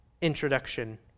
Introduction